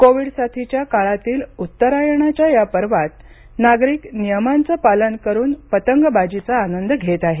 Covid साथीच्या काळातील उत्तरायणाच्या या पर्वात नागरिक नियमांच पालन करून पतंगबाजीचा आनंद घेत आहेत